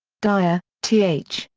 dyer, t. h,